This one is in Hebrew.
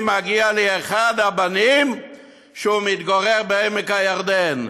מגיע אלי אחד הבנים שמתגורר בעמק-הירדן.